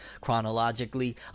chronologically